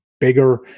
bigger